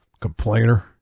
Complainer